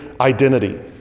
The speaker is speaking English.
identity